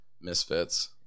misfits